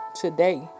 today